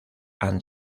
han